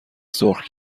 سرخ